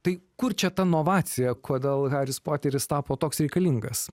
tai kur čia ta novacija kodėl haris poteris tapo toks reikalingas